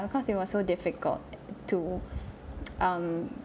because it was so difficult to um